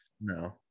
No